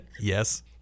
Yes